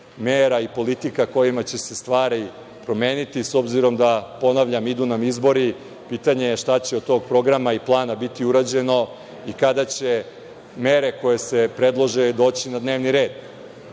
mera i politika kojima će se stvari promeniti, s obzirom da, ponavljam, idu na izbori, pitanje je šta će od tog programa i plana biti urađeno i kada će mere koje se predlože doći na dnevni red. Mi